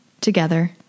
together